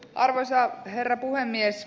arvoisa herra puhemies